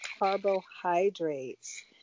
Carbohydrates